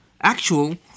actual